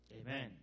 Amen